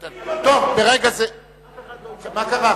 מה קרה,